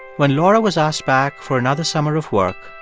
when laura was asked back for another summer of work,